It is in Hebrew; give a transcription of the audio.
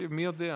מי יודע.